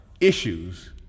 issues